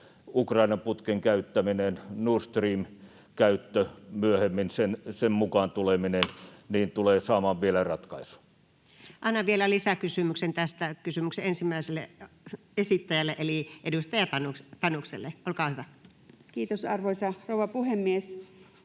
Ukrainan putken käyttäminen, Nord Streamin käyttö myöhemmin, sen mukaan tuleminen, tulee saamaan vielä ratkaisun. Annan vielä lisäkysymyksen tästä ensimmäisen kysymyksen esittäjälle eli edustaja Tanukselle. — Olkaa hyvä. Kiitos, arvoisa rouva puhemies!